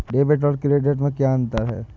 Debit और credit में क्या अंतर है?